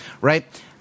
right